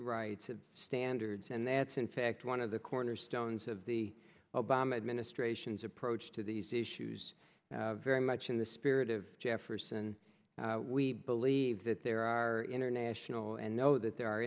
rights standards and that's in fact one of the cornerstones of the obama administration's approach to these issues very much in the spirit of jefferson we believe that there are international and know that there are